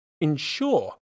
ensure